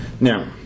Now